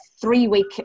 three-week